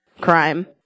crime